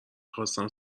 خواستم